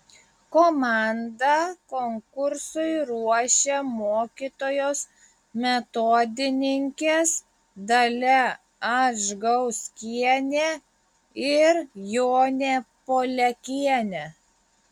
komandą konkursui ruošė mokytojos metodininkės dalia adžgauskienė ir jonė poliakienė